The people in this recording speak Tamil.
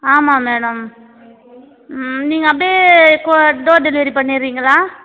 ஆமா மேடம் நீங்கள் அப்படியே கொ டோர் டெலிவரி பண்ணிடுறீங்களா